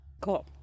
cool